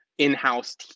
In-house